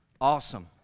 Awesome